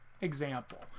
example